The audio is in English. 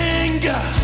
anger